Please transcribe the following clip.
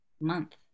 month